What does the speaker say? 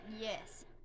Yes